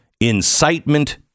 incitement